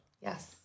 Yes